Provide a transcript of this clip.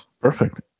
perfect